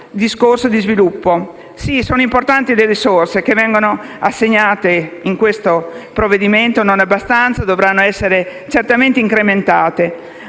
Sì, sono importanti le risorse che vengono assegnate in questo provvedimento. Non sono abbastanza e dovranno essere certamente incrementate,